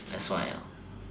that's why